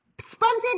sponsored